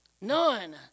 none